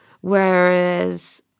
whereas